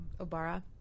Obara